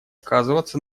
сказываться